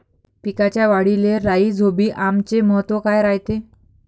पिकाच्या वाढीले राईझोबीआमचे महत्व काय रायते?